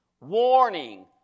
warning